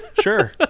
sure